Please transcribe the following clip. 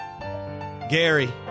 Gary